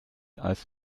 als